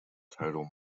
total